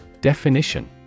Definition